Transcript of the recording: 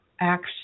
action